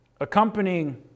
Accompanying